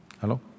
Hello